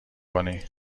کنی